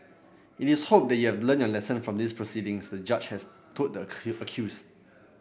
it is hoped that you have learnt your lesson from these proceedings the Judge has told the accused